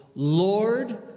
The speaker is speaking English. Lord